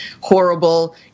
horrible